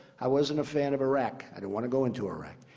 i wasn't a fan of iraq. i didn't want to go into iraq.